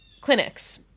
clinics